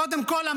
קודם כול,